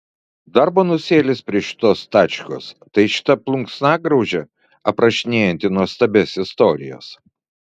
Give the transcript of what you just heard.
dar bonusėlis prie šitos tačkos tai šita plunksnagraužė aprašinėjanti nuostabias istorijas